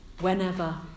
Whenever